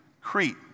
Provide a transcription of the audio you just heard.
Crete